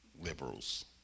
liberals